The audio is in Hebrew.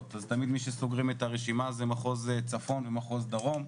אז תמיד מי שסוגרים את הרשימה זה מחוץ צפון ומחוז דרום,